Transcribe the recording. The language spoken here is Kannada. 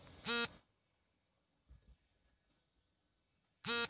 ಸಾಲಕ್ಕೆ ಅರ್ಜಿ ಸಲ್ಲಿಸುವಾಗ ನೀಡಲು ಉತ್ತಮ ಕಾರಣ ಯಾವುದು?